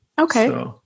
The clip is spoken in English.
Okay